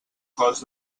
cos